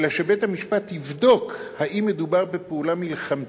אלא שבית-המשפט יבדוק האם מדובר בפעולה מלחמתית.